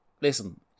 Listen